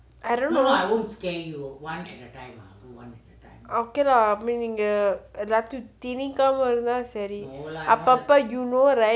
I don't know okay lah I mean நீங்க எல்லாத்தையும் திணிக்காம இருந்தா சரி அப்போ அப்போ:nenga ellathayum thinikkama iruntha ceri appo appo you know right